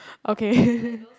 okay